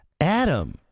Adam